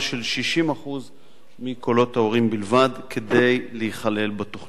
60% מקולות ההורים בלבד כדי להיכלל בתוכנית.